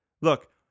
Look